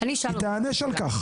היא תיענש על כך.